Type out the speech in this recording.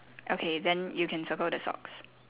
okay then you can circle the socks